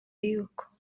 yuko